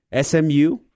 SMU